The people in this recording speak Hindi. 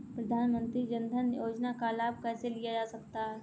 प्रधानमंत्री जनधन योजना का लाभ कैसे लिया जा सकता है?